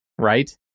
right